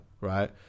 Right